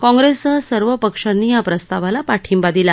कॉंग्रेससह सर्व पक्षांनी या प्रस्तावाला पाठिंबा दिला